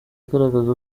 agaragaza